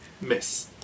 Miss